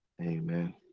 amen